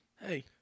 Hey